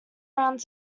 round